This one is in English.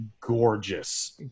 gorgeous